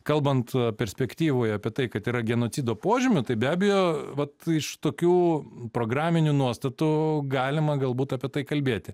kalbant perspektyvoj apie tai kad yra genocido požymių tai be abejo vat iš tokių programinių nuostatų galima galbūt apie tai kalbėti